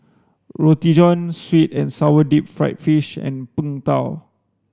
Roti Fohn sweet and sour deep fried fish and Png Tao